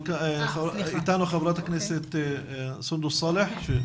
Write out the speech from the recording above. איתנו חברת הכנסת סונדוס סאלח.